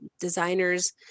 designers